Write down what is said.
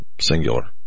singular